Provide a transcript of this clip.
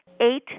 eight